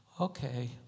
Okay